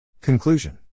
Conclusion